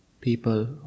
people